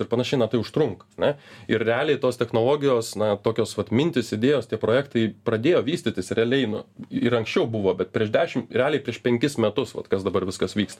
ir panašiai na tai užtrunka ane ir realiai tos technologijos na tokios vat mintys idėjos tie projektai pradėjo vystytis realiai nu ir anksčiau buvo bet prieš dešim realiai prieš penkis metus vat kas dabar viskas vyksta